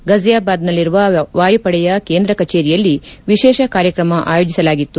ಫಜಿಯಾಬಾದ್ನಲ್ಲಿರುವ ವಾಯುಪಡೆಯ ಕೇಂದ್ರ ಕಚೇರಿಯಲ್ಲಿ ವಿಶೇಷ ಕಾರ್ಯಕ್ರಮ ಆಯೋಜಿಸಲಾಗಿತ್ತು